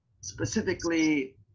specifically